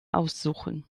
aussuchen